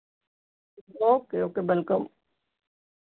okay okay welcome